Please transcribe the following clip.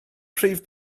prif